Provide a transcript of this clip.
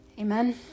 amen